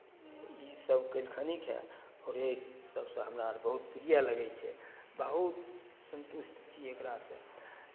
इसभ कयलखिन छै थोड़े इसभसँ हमरा आर बहुत प्रिय लगै छै बहुत सन्तुष्ट छी एकरासँ